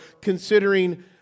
considering